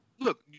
look